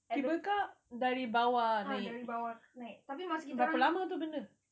ah dari bawah naik tapi masa kita orang